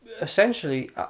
essentially